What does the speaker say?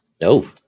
no